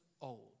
old